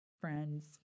friends